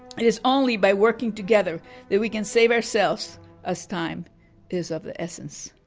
and is only by working together that we can save ourselves as time is of the essence.